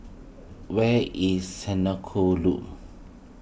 where is Senoko Loop